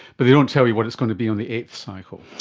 but they don't tell you what it's going to be on the eighth cycle.